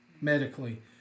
medically